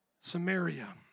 Samaria